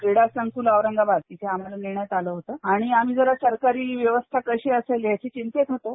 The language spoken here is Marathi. क्रीडा संकूल औरंगाबाद इथं आम्हाला नेण्यात आलं होतं आणि आम्ही जरा सरकारी व्यवस्था कशी असेल याच्या चिंतेत होतो